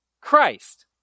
Christ